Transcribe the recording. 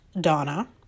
Donna